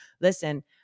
listen